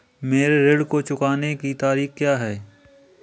मेरे ऋण को चुकाने की तारीख़ क्या है?